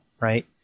right